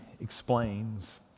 explains